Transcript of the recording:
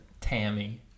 Tammy